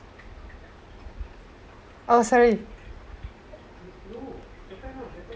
oh sorry